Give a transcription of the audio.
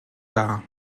dar